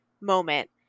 moment